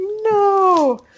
no